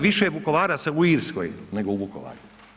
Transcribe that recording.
Više je Vukovaraca u Irskoj nego u Vukovaru.